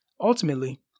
ultimately